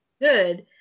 good